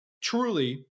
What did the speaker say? truly